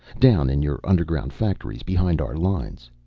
down in your underground factories behind our lines.